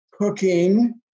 cooking